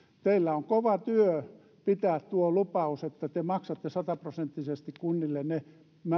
teillä on kova työ pitää tuo lupaus että te maksatte sataprosenttisesti kunnille ne